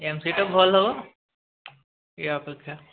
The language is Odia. ଏମ୍ସିଟା ଭଲ ୟା ଅପେକ୍ଷା